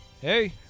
Hey